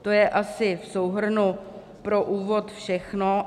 To je asi v souhrnu pro úvod všechno.